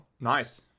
Nice